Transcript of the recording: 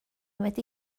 wedi